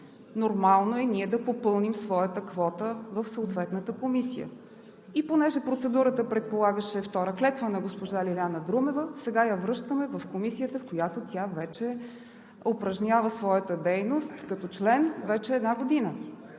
Нормално е ние да попълним своята квота в съответната комисия. И тъй като процедурата предполагаше втора клетва на госпожа Лиляна Друмева, сега я връщаме в Комисията, в която тя упражнява своята дейност като член вече една година.